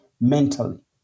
mentally